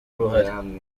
uruhare